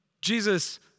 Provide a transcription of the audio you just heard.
Jesus